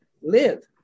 Live